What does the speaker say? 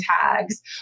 tags